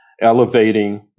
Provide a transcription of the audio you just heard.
elevating